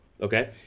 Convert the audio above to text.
Okay